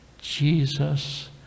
Jesus